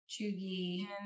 Chugi